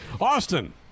Austin